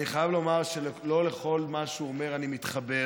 אני חייב לומר שלא לכל מה שהוא אומר אני מתחבר,